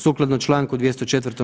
Sukladno čl. 204.